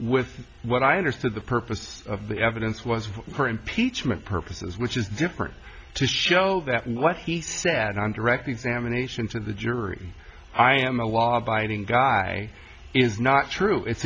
with what i understood the purpose of the evidence was for impeachment purposes which is different to show that what he said on direct examination to the jury i am a law abiding guy is not true it's